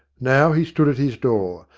now he stood at his door,